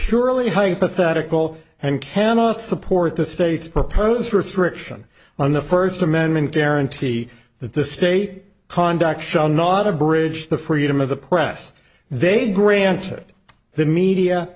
purely hypothetical and cannot support the state's proposed for its rich on the first amendment guarantee that the state conduct shall not abridge the freedom of the press they granted the media